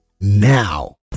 now